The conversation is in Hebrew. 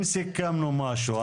אם סיכמנו משהו,